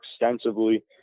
extensively